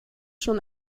schon